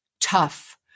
tough